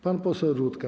Pan poseł Rutka.